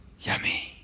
Yummy